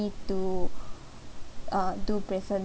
me to uh do